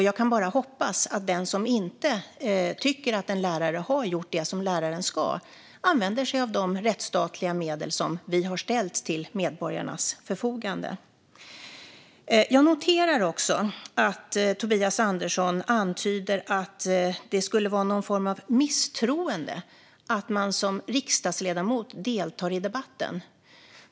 Jag kan bara hoppas att den som inte tycker att en lärare har gjort det som läraren ska använder sig av de rättsstatliga medel som vi har ställt till medborgarnas förfogande. Jag noterar också att Tobias Andersson antyder att det skulle vara någon form av misstroende att man som riksdagsledamot deltar i debatten.